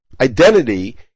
identity